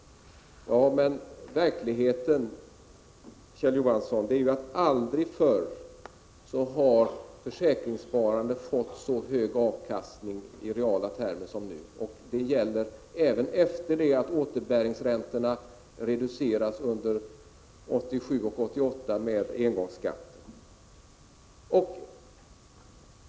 Men verkligheten, Kjell Johansson, är ju att aldrig förr har försäkringssparande fått så hög avkastning i reala termer som nu. Detta gäller även efter det att återbäringsräntorna reducerats under 1987 och 1988 genom engångsskatten.